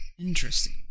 Interesting